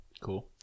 Cool